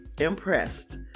impressed